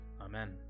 Amen